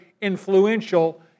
influential